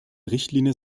richtlinie